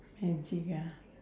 magic ah